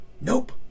Nope